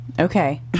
Okay